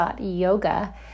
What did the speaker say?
yoga